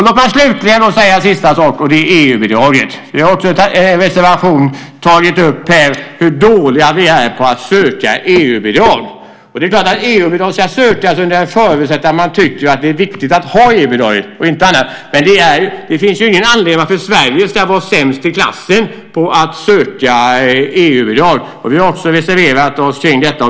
Låt mig slutligen ta upp en sista sak, nämligen EU-bidraget. Vi har i en reservation tagit upp hur dåliga vi är på att söka EU-bidrag. Det är klart att EU-bidrag ska sökas under förutsättning att man tycker att det är viktigt att ha EU-bidraget - inte annars. Men det finns ju ingen anledning till att Sverige ska vara sämst i klassen på att söka EU-bidrag. Vi har också reserverat oss om detta.